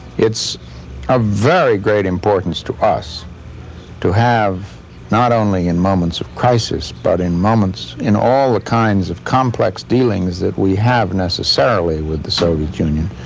it's of very great importance to us to have not only in moments of crisis but in moments in all the kinds of complex dealings that we have necessarily with the soviet union,